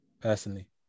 personally